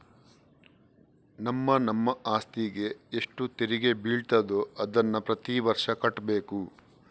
ನಮ್ಮ ನಮ್ಮ ಅಸ್ತಿಗೆ ಎಷ್ಟು ತೆರಿಗೆ ಬೀಳ್ತದೋ ಅದನ್ನ ಪ್ರತೀ ವರ್ಷ ಕಟ್ಬೇಕು